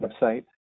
website